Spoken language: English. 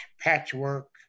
Patchwork